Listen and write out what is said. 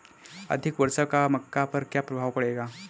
अधिक वर्षा का मक्का पर क्या प्रभाव पड़ेगा?